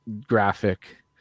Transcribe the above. graphic